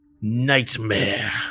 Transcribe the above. nightmare